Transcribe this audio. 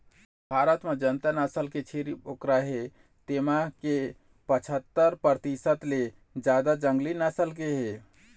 भारत म जतना नसल के छेरी बोकरा हे तेमा के पछत्तर परतिसत ले जादा जंगली नसल के हे